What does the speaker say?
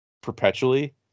perpetually